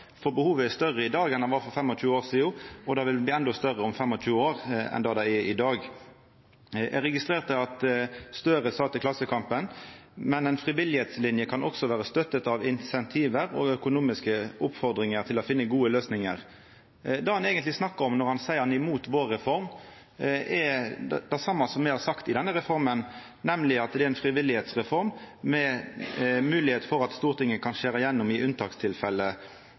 for behovet er større i dag enn det var for 25 år sidan, og det vil bli endå større om 25 år enn det det er i dag. Eg registrerte at Gahr Støre sa til Klassekampen: «Men en frivillighetslinje kan også være støttet av incentiver og økonomiske oppfordringer til å finne gode løsninger.» Det han eigentleg snakkar om når han seier han er imot reforma vår, er det same som me har sagt om denne reforma, nemleg at det er ei frivilligheitsreform, med moglegheit for at Stortinget kan skjera igjennom i